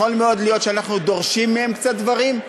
יכול מאוד להיות שאנחנו דורשים מהם קצת דברים,